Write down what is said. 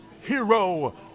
hero